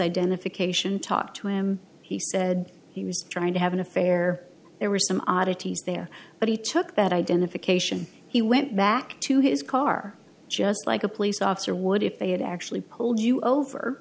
identification talked to him he said he was trying to have an affair there were some oddities there but he took that identification he went back to his car just like a police officer would if they had actually pulled you over